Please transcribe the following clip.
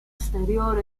exterior